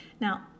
Now